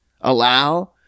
allow